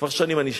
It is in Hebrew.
כבר שנים אני שם.